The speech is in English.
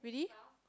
really